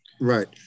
Right